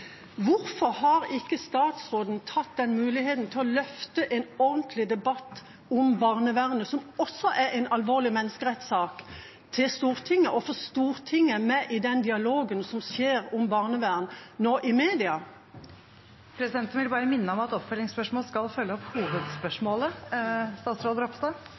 Hvorfor har ikke statsråden grepet muligheten til å løfte en ordentlig debatt om barnevernet, som også er en alvorlig menneskerettssak, til Stortinget og fått Stortinget med i den dialogen som nå skjer om barnevern i media? Presidenten vil bare minne om at oppfølgingsspørsmål skal følge opp